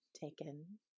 taken